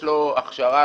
הכשרה